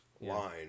line